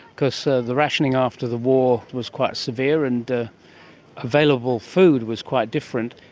because so the rationing after the war was quite severe, and available food was quite different.